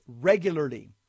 regularly